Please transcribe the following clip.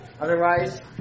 otherwise